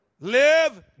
Live